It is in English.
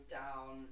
down